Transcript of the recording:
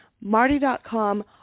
Marty.com